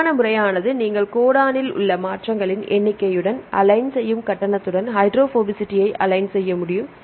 பொதுவான முறையானது நீங்கள் கோடனில் உள்ள மாற்றங்களின் எண்ணிக்கையுடன் அலைன் செய்யும் கட்டணத்துடன் ஹைட்ரோபோபசிட்டியை அலைன் செய்ய முடியும்